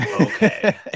okay